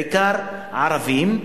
בעיקר ערבים,